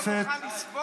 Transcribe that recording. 743 ו-751.